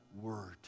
word